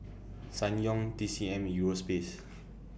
Ssangyong T C M Euro Space